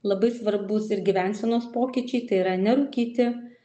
labai svarbūs ir gyvensenos pokyčiai tai yra nerūkyti